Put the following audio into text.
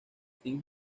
sin